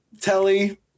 telly